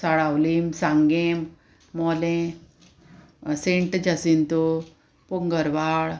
Salaulim Sanguem Mollem saint Jacinto Pongurwal